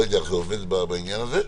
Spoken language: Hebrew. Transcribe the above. ואני לא יודע איך זה עובד בעניין הזה,